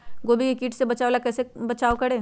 गोभी के किट से गोभी का कैसे बचाव करें?